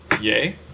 Yay